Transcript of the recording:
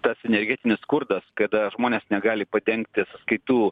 tas energetinis skurdas kada žmonės negali padengti sąskaitų